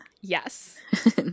yes